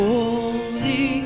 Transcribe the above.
Holy